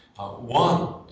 one